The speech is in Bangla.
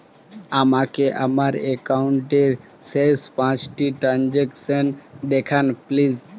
আমাকে আমার একাউন্টের শেষ পাঁচটি ট্রানজ্যাকসন দেখান প্লিজ